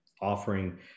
offering